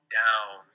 down